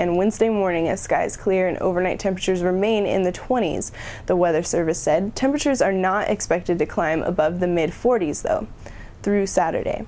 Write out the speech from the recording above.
and wednesday morning as skies clear and overnight temperatures remain in the anees the weather service said temperatures are not expected to climb above the mid forty's though through saturday